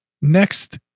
next